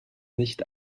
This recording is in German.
nicht